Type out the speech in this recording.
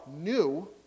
new